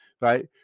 Right